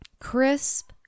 crisp